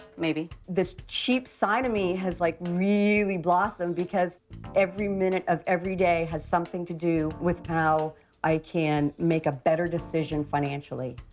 maybe. this cheap side of me has, like, really blossomed because every minute of every day has something to do with how i can make a better decision financially.